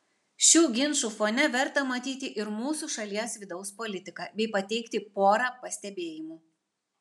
šių ginčų fone verta matyti ir mūsų šalies vidaus politiką bei pateikti porą pastebėjimų